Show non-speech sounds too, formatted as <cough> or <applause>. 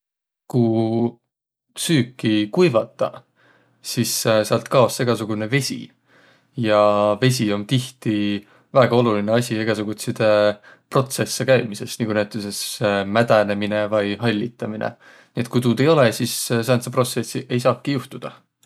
Ku süüki kuivataq, sis säält kaos egäsugunõ vesi. Ja vesi om tihti väega olulinõ asi egäsugutsidõ protsesse käümises, nagu näütüses <hesitation> mädänemine vai hallitaminõ. Nii et ku tuud ei olõq, sis sääntseq protsessiq ei saaki juhtudaq.